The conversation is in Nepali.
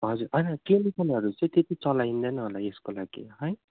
हजुर होइन केमिकलहरू चाहिँ त्यत्ति चलाइँदैन होला यसको लागि है